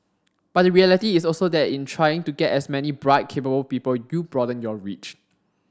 but the reality is also that in trying to get as many bright cable people you broaden your reach